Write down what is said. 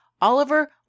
Oliver